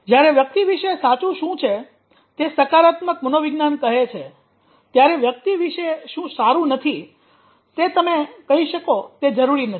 જ્યારે વ્યક્તિ વિશે સાચું શું છે તે સકારાત્મક મનોવિજ્ઞાન કહે છે ત્યારે વ્યક્તિ વિશે શું સારું નથી તે તમે કહી શકો તે જરૂરી નથી